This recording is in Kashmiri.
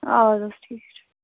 آدٕ حظ ٹھیٖک چھِ